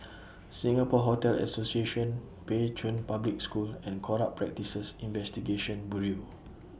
Singapore Hotel Association Pei Chun Public School and Corrupt Practices Investigation Bureau